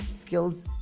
skills